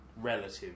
relative